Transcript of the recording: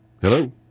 Hello